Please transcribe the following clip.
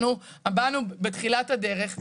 אנחנו באנו בתחילת הדרך,